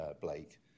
Blake